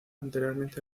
anteriormente